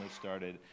started